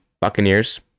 Buccaneers